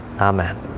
amen